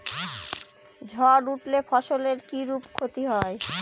ঝড় উঠলে ফসলের কিরূপ ক্ষতি হয়?